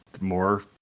more